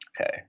Okay